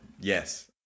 Yes